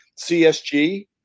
CSG